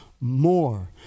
more